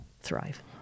thrive